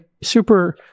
super